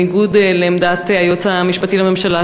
בניגוד לעמדת היועץ המשפטי לממשלה,